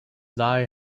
die